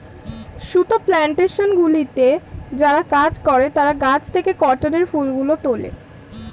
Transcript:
সুতো প্ল্যানটেশনগুলিতে যারা কাজ করে তারা গাছ থেকে কটনের ফুলগুলো তোলে